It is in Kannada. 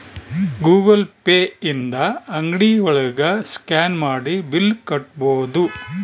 ಗೂಗಲ್ ಪೇ ಇಂದ ಅಂಗ್ಡಿ ಒಳಗ ಸ್ಕ್ಯಾನ್ ಮಾಡಿ ಬಿಲ್ ಕಟ್ಬೋದು